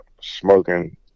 smoking